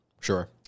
Sure